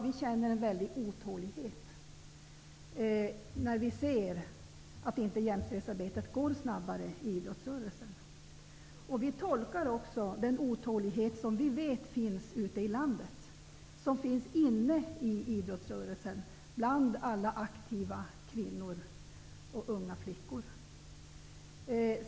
Vi känner en stor otålighet när vi ser att jämställdhetsarbetet inte går snabbare i idrottsrörelsen. Vi tolkar den otålighet som vi vet finns ute i landet, inne i idrottsrörelsen bland alla aktiva kvinnor och unga flickor.